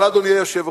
אבל, אדוני היושב-ראש,